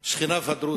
היו שכניו הדרוזים.